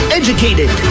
educated